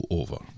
over